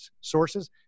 sources